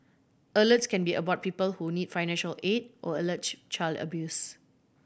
alerts can be about people who need financial aid or allege child abuse